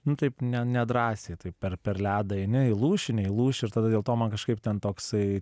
nu taip ne nedrąsiai taip per per ledą eini įlūši neįlūši ir tada dėl to man kažkaip ten toksai